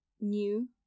new